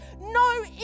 No